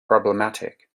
problematic